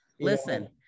Listen